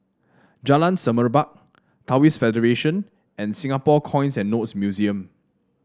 Jalan Semerbak Taoist Federation and Singapore Coins and Notes Museum